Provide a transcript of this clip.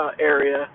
area